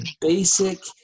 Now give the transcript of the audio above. basic